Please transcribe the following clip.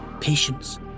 patience